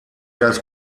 das